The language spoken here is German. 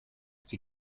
sie